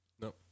No